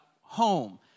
home